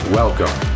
welcome